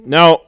Now